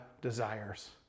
desires